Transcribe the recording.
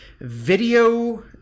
video